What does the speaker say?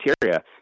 criteria